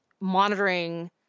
monitoring